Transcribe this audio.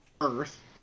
Earth